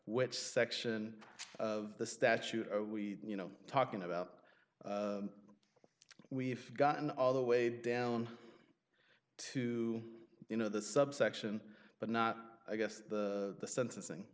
which section of the statute are we you know talking about we've gotten all the way down to you know the subsection but not i guess the sentencing